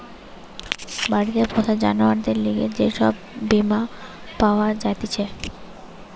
বাড়িতে পোষা জানোয়ারদের লিগে যে সব বীমা পাওয়া জাতিছে